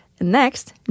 Next